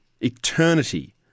Eternity